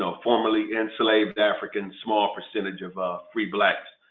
ah formerly enslaved african, small percentage of ah free blacks.